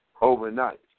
overnight